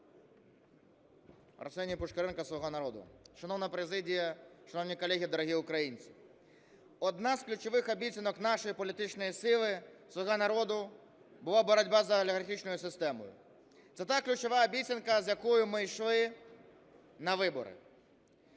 Арсеній Пушкаренко, "Слуга народу". Шановна президія, шановні колеги, дорогі українці, одна з ключових обіцянок нашої політичної сили "Слуга народу" була боротьба з олігархічною системою, це та ключова обіцянка, з якою ми йшли на вибори.